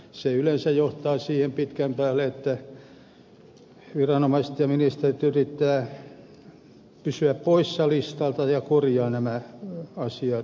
se yleensä johtaa siihen pitkän päälle että viranomaiset ja ministerit yrittävät pysyä poissa listalta ja korjaavat nämä asiat